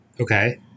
Okay